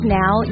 now